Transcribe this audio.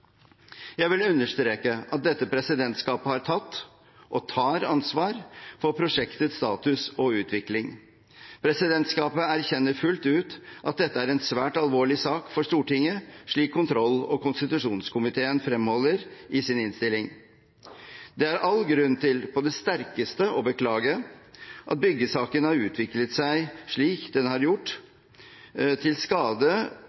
Jeg vil understreke at dette presidentskapet har tatt og tar ansvar for prosjektets status og utvikling. Presidentskapet erkjenner fullt ut at dette er en svært alvorlig sak for Stortinget, slik kontroll- og konstitusjonskomiteen fremholder i sin innstilling. Det er all grunn til på det sterkeste å beklage at byggesaken har utviklet seg slik den har gjort, til skade